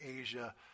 Asia